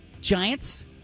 Giants